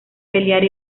pelear